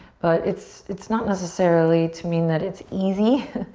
but it's it's not necessarily to mean that it's easy,